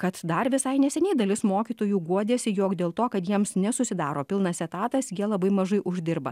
kad dar visai neseniai dalis mokytojų guodėsi jog dėl to kad jiems nesusidaro pilnas etatas jie labai mažai uždirba